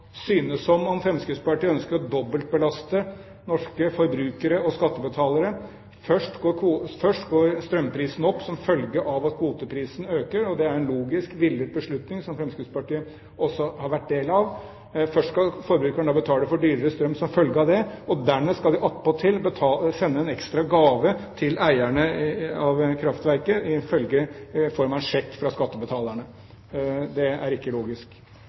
som om Fremskrittspartiet ønsker å dobbeltbelaste norske forbrukere og skattebetalere: Først går strømprisen opp, som en følge av at kvotepriseprisen øker. Det er en logisk, villet beslutning, som Fremskrittspartiet også har vært del av. Først skal da forbrukerne betale for dyrere strøm som følge av det, og dernest skal de attpåtil sende en ekstra gave til eierne av kraftverket i form av en sjekk fra skattebetalerne. Det er ikke logisk!